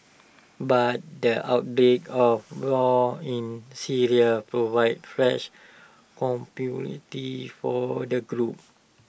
but the outbreak of war in Syria provided fresh opportunity for the group